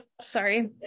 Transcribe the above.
sorry